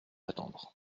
attendre